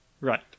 Right